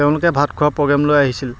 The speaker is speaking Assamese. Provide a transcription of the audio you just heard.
তেওঁলোকে ভাত খোৱা প্ৰগেম লৈ আহিছিল